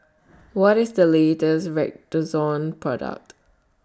What IS The latest Redoxon Product